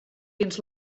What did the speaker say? dins